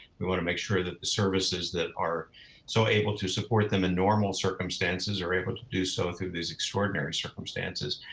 we wanna make sure that the services that are so able to support them in normal circumstances are able to do so through these extraordinary circumstances.